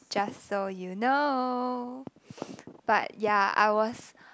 just so you know but ya I was